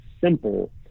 simple